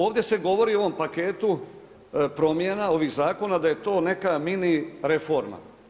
Ovdje se govori u ovom paketu promjena ovih zakona da je to neka mini reforma.